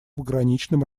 пограничным